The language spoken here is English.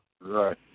right